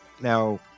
now